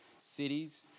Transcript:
Cities